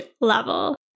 level